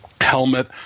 helmet